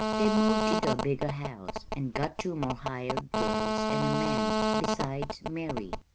they moved into a bigger house, and got two more hired girls and a man, besides mary.